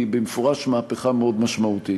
היא במפורש מהפכה מאוד משמעותית.